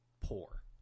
poor